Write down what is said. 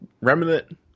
Remnant